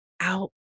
out